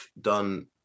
done